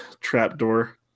trapdoor